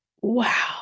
wow